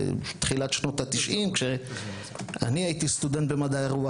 תחילת שנות התשעים כשאני הייתי סטודנט במדעי הרוח,